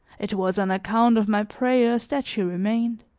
it was on account of my prayers that she remained